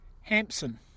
Hampson